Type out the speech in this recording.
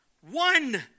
One